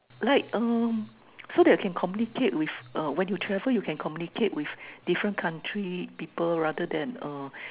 like uh so I can communicate with uh when you travel you can communicate with different country people rather than uh